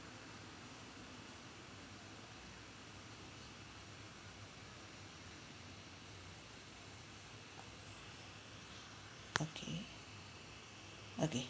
okay okay